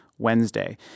Wednesday